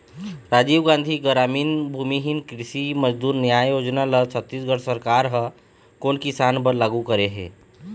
राजीव गांधी गरामीन भूमिहीन कृषि मजदूर न्याय योजना ल छत्तीसगढ़ सरकार ह कोन किसान बर लागू करे हे?